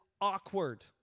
awkward